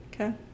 Okay